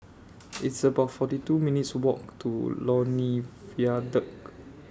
It's about forty two minutes' Walk to Lornie Viaduct